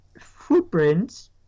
footprints